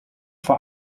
vor